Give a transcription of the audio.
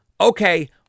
okay